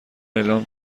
اعلام